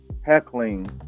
heckling